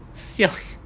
siao